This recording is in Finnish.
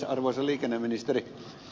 arvoisa liikenneministeri